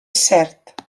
cert